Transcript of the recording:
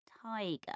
Tiger